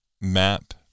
map